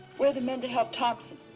where are the men to help thomson?